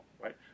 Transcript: right